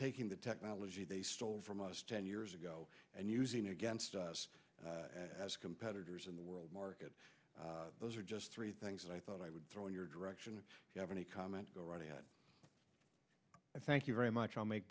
taking the technology they stole from us ten years ago and using it against us as competitors in the world market those are just three things that i thought i would throw in your direction and have any comment go right ahead and thank you very much i'll make